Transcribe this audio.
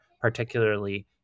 particularly